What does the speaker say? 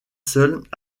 seuls